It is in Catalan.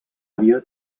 àvia